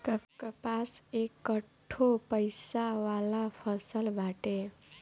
कपास एकठो पइसा वाला फसल बाटे